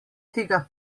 tega